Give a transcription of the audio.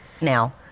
now